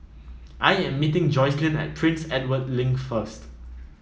I am meeting Jocelynn at Prince Edward Link first